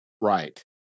Right